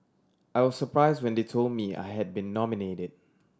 I was surprised when they told me I had been nominated